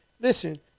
listen